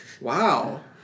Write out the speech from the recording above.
Wow